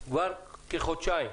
כבר כחודשיים.